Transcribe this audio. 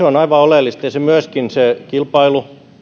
on aivan oleellista ja se kilpailu